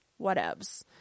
whatevs